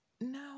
now